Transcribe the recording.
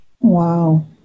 Wow